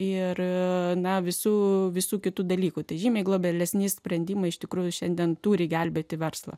ir ne visų visų kitų dalykų tai žymiai globalesnį sprendimą iš tikrųjų šiandien turi gelbėti verslą